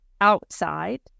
outside